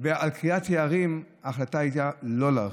ועל קריית יערים ההחלטה הייתה לא להרחיב.